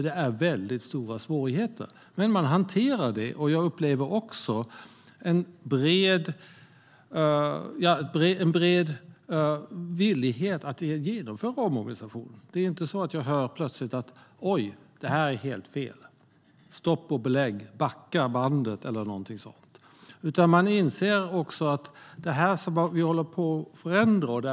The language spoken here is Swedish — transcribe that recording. Det är väldigt stora svårigheter, men man hanterar det. Jag upplever också att det är en bred villighet att genomföra omorganisationen. Det är inte så att jag plötsligt hör: Oj, det här är helt fel. Stopp och belägg! Backa bandet! Man inser något när det gäller det som vi håller på att förändra.